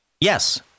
yes